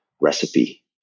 recipe